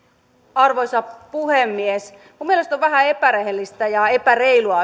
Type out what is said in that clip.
arvoisa puhemies minun mielestäni on vähän epärehellistä ja oikeastaan epäreilua